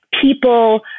people